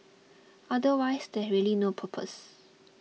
otherwise there's really no purpose